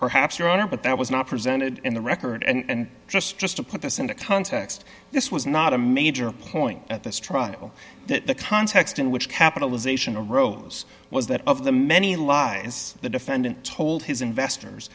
perhaps your honor but that was not presented in the record and just just to put this into context this was not a major point at this trial that the context in which capitalization rose was that of the many lies the defendant told his investors